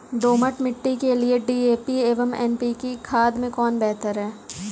दोमट मिट्टी के लिए डी.ए.पी एवं एन.पी.के खाद में कौन बेहतर है?